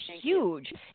huge